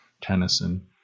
Tennyson